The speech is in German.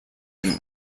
dem